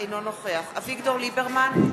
אינו נוכח אביגדור ליברמן,